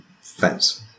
fence